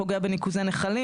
זה פוגע בניקוזי נחלים.